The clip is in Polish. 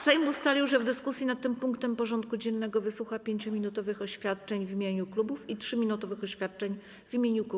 Sejm ustalił, że w dyskusji nad tym punktem porządku dziennego wysłucha 5-minutowych oświadczeń w imieniu klubów i 3-minutowych oświadczeń w imieniu kół.